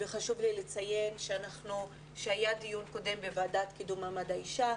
וחשוב לי לציין שהיה דיון קודם בוועדת לקידום מעמד האישה.